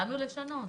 באנו לשנות.